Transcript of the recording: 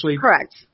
Correct